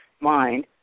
mind